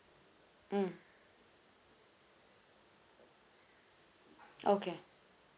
mm okay